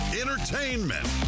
entertainment